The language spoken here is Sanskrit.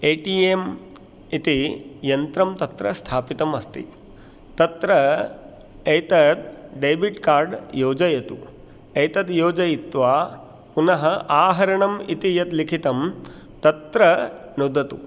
ए टि एम् इति यन्त्रं तत्र स्थापितमस्ति तत्र एतत् डेबिट् कार्ड् योजयतु एतद् योजयित्वा पुनः आहरणम् इति यत् लिखितं तत्र नुदतु